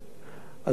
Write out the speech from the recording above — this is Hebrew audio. הדבר הראשון,